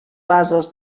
bases